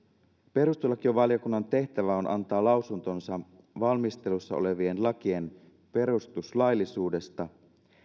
perustuslakivaliokunnan tehtävä on antaa lausuntonsa valmistelussa olevien lakien perustuslaillisuudesta